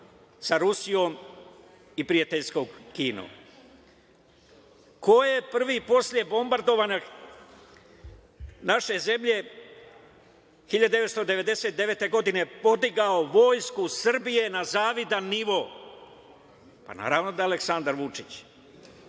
sa Rusijom i prijateljskom Kinom? Ko je prvi posle bombardovanja naše zemlje, 1999. godine, podigao Vojsku Srbije na zavidan nivo? Pa, naravno da je Aleksandar Vučić.I